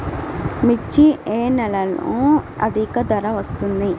మిర్చి ఏ నెలలో అధిక ధర వస్తుంది?